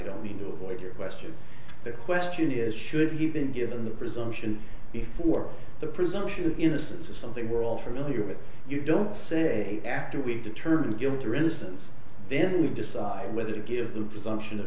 don't mean to avoid your question the question is should he have been given the presumption before the presumption of innocence is something we're all familiar with you don't say after we determine guilt or innocence then we decide whether to give the presumption of